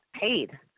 paid